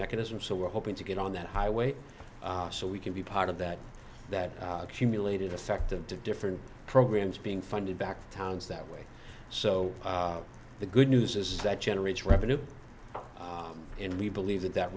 mechanism so we're hoping to get on that highway so we can be part of that that cumulated effect of different programs being funded back towns that way so the good news is that generates revenue and we believe that that